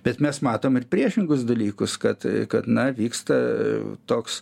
bet mes matom ir priešingus dalykus kad kad na vyksta toks